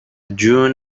جون